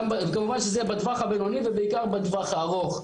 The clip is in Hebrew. כמובן שזה יהיה בטווח הבינוני ובעיקר בטווח הארוך.